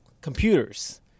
computers